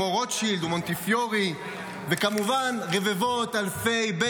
כמו רוטשילד ומונטפיורי.